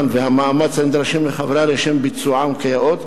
והמאמץ הנדרשים מחבריה לשם ביצועם כיאות,